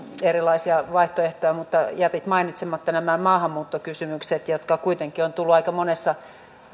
erilaisia vaihtoehtoja mutta toteaisin että jätit mainitsematta nämä maahanmuuttokysymykset kuitenkin on on tullut aika monessa